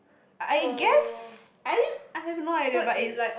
I I guess I you I have no idea but is